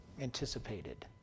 anticipated